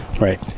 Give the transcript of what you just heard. right